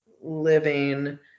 living